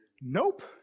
nope